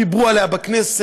דיברנו עליה בכנסת,